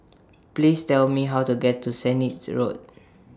Please Tell Me How to get to Sennett's Road